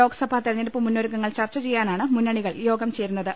ലോക്സഭാ തെരഞ്ഞെടുപ്പ് മുന്നൊരുക്കങ്ങൾ ചർച്ചചെയ്യാനാണ് മുന്നണികൾ യോഗം ചേരു ന്നത്